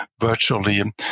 virtually